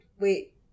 wait